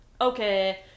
okay